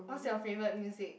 what's your favorite music